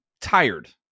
tired